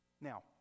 Now